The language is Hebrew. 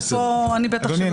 אדוני,